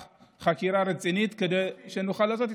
לא כסת"ח, חקירה רצינית, כדי שנוכל לעשות אותה.